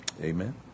Amen